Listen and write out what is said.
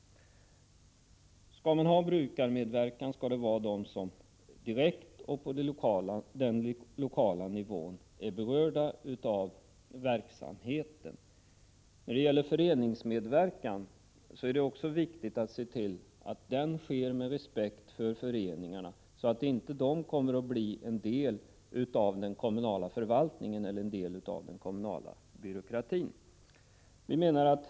Skall det vara brukarmedverkan skall det gälla dem som direkt och på den lokala nivån är berörda av verksamheten. När det gäller föreningsmedverkan är det också viktigt att se till att den sker med respekt för föreningarna, så att de inte blir en del av den kommunala förvaltningen eller en del av den kommunala byråkratin.